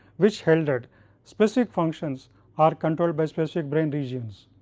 which held that specific functions are controlled by specific brain regions.